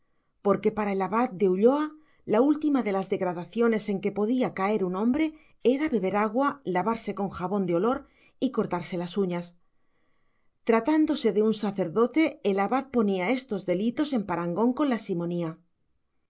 porque para el abad de ulloa la última de las degradaciones en que podía caer un hombre era beber agua lavarse con jabón de olor y cortarse las uñas tratándose de un sacerdote el abad ponía estos delitos en parangón con la simonía